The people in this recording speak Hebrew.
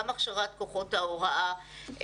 על הכשרת כוחות ההוראה,